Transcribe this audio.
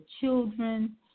children